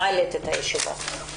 הישיבה ננעלה